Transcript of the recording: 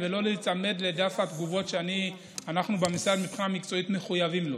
ולא להיצמד לדף התגובות שאנחנו במשרד מבחינה מקצועית מחויבים לו.